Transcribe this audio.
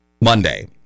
Monday